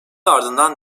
ardından